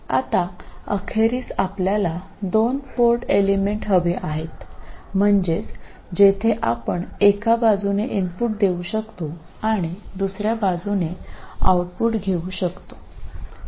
ഇപ്പോൾ ഒടുവിൽ ഞങ്ങൾക്ക് രണ്ട് പോർട്ട് ഘടകങ്ങൾ ഉണ്ടായിരിക്കണം അത് നിങ്ങൾക്ക് ഒരു വശത്ത് നിന്ന് ഒരു ഇൻപുട്ട് നൽകാനും മറുവശത്ത് നിന്ന് ഔട്ട്പുട്ട് എടുക്കാനും കഴിയുന്ന ഒരു ഘടകമാണ്